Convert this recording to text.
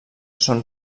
són